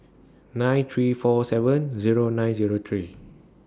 nine three four seven Zero nine Zero three